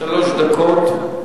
שלוש דקות.